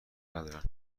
ندارن